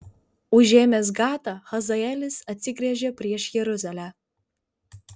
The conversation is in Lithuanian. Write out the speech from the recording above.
užėmęs gatą hazaelis atsigręžė prieš jeruzalę